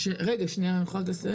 שנייה, אני יכולה לסיים?